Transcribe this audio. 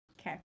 Okay